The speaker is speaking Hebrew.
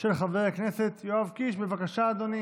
התשפ"א 2021,